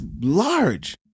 large